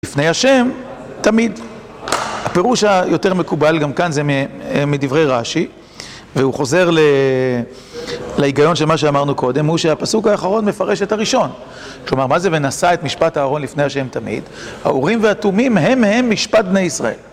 לפני השם, תמיד, הפירוש היותר מקובל גם כאן זה מדברי רש"י, והוא חוזר להיגיון של מה שאמרנו קודם, הוא שהפסוק האחרון מפרש את הראשון. כלומר, מה זה? ונשא את משפט אהרון לפני השם תמיד. האורים והתומים הם הם משפט בני ישראל.